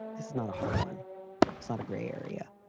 it's not a hard one sort of gray area.